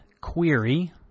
query